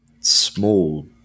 small